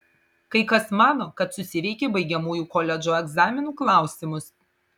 kai kas mano kad susiveikė baigiamųjų koledžo egzaminų klausimus